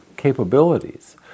Capabilities